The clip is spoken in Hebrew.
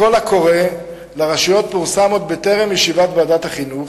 הקול הקורא לרשויות פורסם עוד בטרם ישיבת ועדת החינוך,